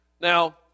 Now